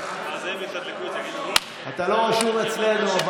אתה לא רשום אצלנו.